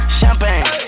champagne